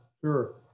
sure